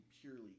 purely